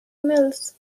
mills